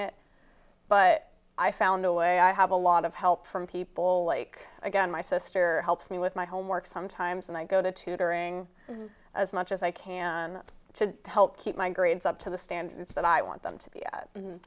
it but i found a way i have a lot of help from people like again my sister helps me with my homework sometimes and i go to tutoring as much as i can to help keep my grades up to the stand that i want them to be